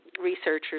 researchers